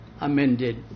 amended